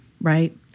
right